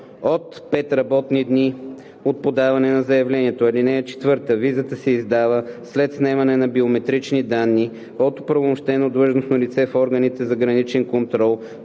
от 5 работни дни от подаване на заявлението. (4) Визата се издава след снемане на биометрични данни от оправомощено длъжностно лице в органите за граничен контрол